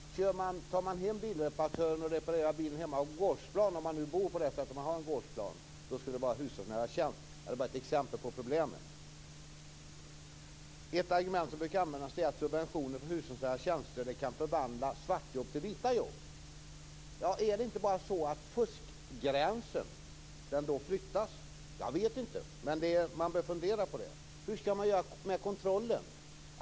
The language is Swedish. Tar man hem bilreparatören och reparerar bilen på gårdsplanen - om man nu har en gårdsplan - skall det vara en hushållsnära tjänst. Det är ett exempel på problemet. Ett argument som brukar användas är att subventioner för hushållsnära tjänster kan förvandla svartjobb till vita jobb. Är det inte så att fuskgränsen flyttas? Jag vet inte. Hur skall man göra med kontrollen?